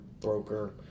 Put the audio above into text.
broker